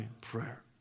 prayer